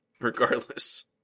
regardless